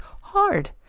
hard